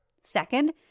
Second